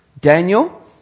Daniel